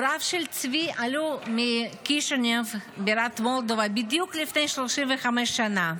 הוריו של צבי עלו מקישינב בירת מולדובה בדיוק לפני 35 שנה.